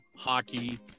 hockey